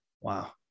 wow